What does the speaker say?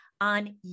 on